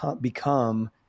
become